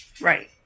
right